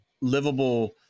livable